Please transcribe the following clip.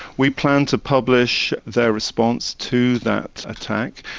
we plan to publish their response to that attack.